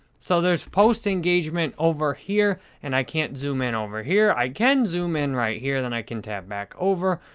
so, there's post engagement over here and i can't zoom in over here. i can zoom in over here then i can tab back over.